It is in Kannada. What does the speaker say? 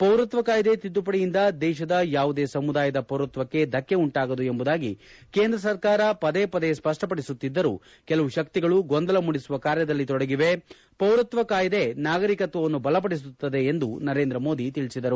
ಪೌರತ್ವ ಕಾಯಿದೆ ತಿದ್ದುಪಡಿಯಿಂದ ದೇಶದ ಯಾವುದೇ ಸಮುದಾಯದ ಪೌರತ್ವಕ್ಕೆ ಧಕ್ಕೆ ಉಂಟಾಗದು ಎಂಬುದಾಗಿ ಕೇಂದ್ರ ಸರ್ಕಾರ ಪದೇ ಪದೇ ಸಪ್ಪಪಡಿಸುತ್ತಿದ್ದರೂ ಕೆಲವು ಶಕ್ತಿಗಳು ಗೊಂದಲ ಮೂಡಿಸುವ ಕಾರ್ಯದಲ್ಲಿ ತೊಡಗಿವೆ ಪೌರತ್ವ ಕಾಯಿದೆ ನಾಗರಿಕತ್ವವನ್ನು ಬಲಪಡಿಸುತ್ತದೆ ಎಂದು ನರೇಂದ್ರ ಮೋದಿ ತಿಳಿಸಿದರು